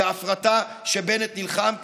וההפרטה שבנט נלחם עליה,